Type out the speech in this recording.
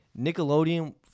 Nickelodeon